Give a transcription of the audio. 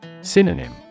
Synonym